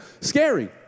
scary